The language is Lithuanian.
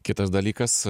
kitas dalykas